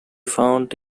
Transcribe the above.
found